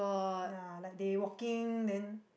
ya like they walking then